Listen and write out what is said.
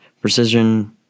Precision